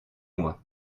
mois